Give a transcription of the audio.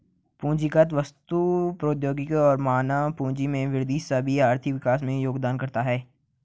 पूंजीगत वस्तु, प्रौद्योगिकी और मानव पूंजी में वृद्धि सभी आर्थिक विकास में योगदान करते है